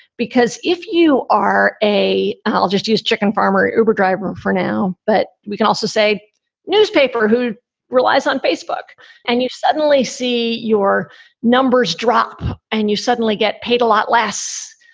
because if you are a ologist, u s. chicken farmer, uber driver for now. but we can also say newspaper who relies on facebook and you suddenly see your numbers drop and you suddenly get paid a lot less.